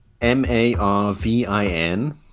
M-A-R-V-I-N